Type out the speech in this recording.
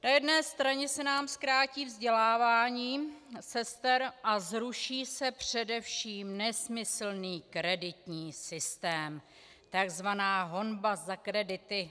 Na jedné straně se nám zkrátí vzdělávání sester a zruší se především nesmyslný kreditní systém, tzv. honba za kredity...